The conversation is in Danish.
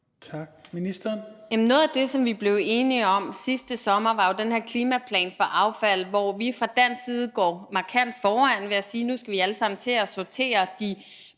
(Lea Wermelin): Noget af det, som vi blev enige om sidste sommer, var jo den her klimaplan for affald, hvor vi fra dansk side går markant foran ved at sige, at nu skal vi alle sammen til at sortere de